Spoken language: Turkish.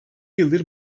yıldır